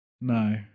No